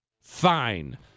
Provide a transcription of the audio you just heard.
Fine